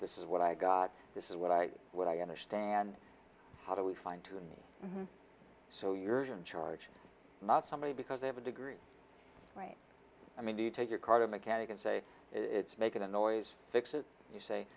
this is what i got this is what i what i understand how do we find to me so you're in charge not somebody because i have a degree right i mean do you take your card a mechanic and say it's making a noise fix it you say